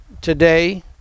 today